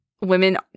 women